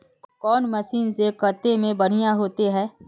कौन मशीन से कते में बढ़िया होते है?